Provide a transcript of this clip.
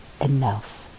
enough